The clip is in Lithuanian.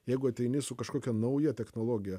jeigu ateini su kažkokia nauja technologija